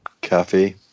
cafe